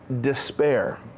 Despair